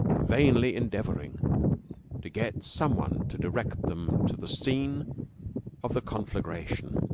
vainly endeavoring to get some one to direct them to the scene of the conflagration.